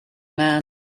man